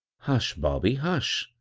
hush, bobby, hush,